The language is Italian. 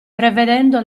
prevedendo